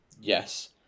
Yes